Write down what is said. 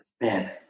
man